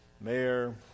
mayor